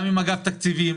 גם עם אגף תקציבים,